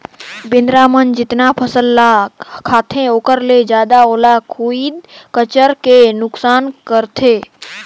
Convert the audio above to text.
बेंदरा मन जेतना फसल ह खाते ओखर ले जादा ओला खुईद कचर के नुकनास करथे